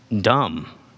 dumb